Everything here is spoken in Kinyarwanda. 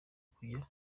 kujya